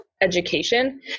education